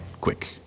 quick